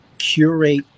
curate